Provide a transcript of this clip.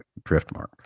driftmark